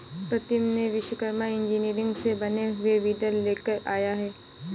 प्रीतम ने विश्वकर्मा इंजीनियरिंग से बने हुए वीडर लेकर आया है